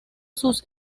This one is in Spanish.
sus